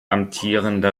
amtierende